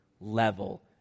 level